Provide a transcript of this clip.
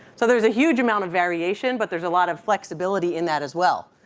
so there's a huge amount of variation, but there's a lot of flexibility in that as well.